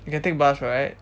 you can take bus right